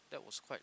that was quite